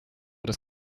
this